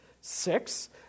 Six